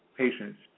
patients